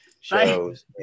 shows